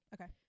Okay